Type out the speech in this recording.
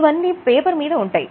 ఇవన్నీ పేపర్ మీద ఉంటాయి